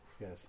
Yes